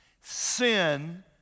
Sin